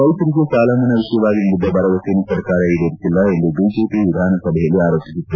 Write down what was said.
ರೈತರಿಗೆ ಸಾಲ ಮನ್ನಾ ವಿಷಯವಾಗಿ ನೀಡಿದ್ದ ಭರವಸೆಯನ್ನು ಸರ್ಕಾರ ಈಡೇರಿಸಿಲ್ಲ ಎಂದು ಬಿಜೆಪಿ ವಿಧಾನಸಭೆಯಲ್ಲಿ ಆರೋಪಿಸಿತ್ತು